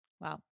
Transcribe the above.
Wow